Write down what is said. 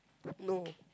no